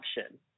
option